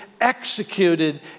executed